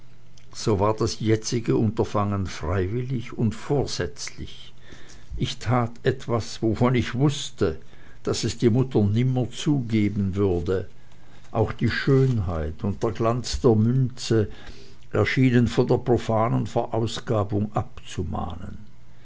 so war das jetzige unterfangen freiwillig und vorsätzlich ich tat etwas wovon ich wußte daß es die mutter nimmer zugeben würde auch die schönheit und der glanz der münze schienen von der profanen verausgabung abzumahnen